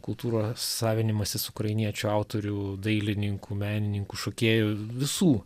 kultūros savinimasis ukrainiečių autorių dailininkų menininkų šokėjų visų